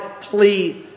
plea